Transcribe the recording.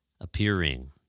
appearing